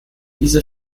diese